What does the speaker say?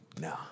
No